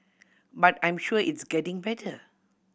but I'm sure it's getting better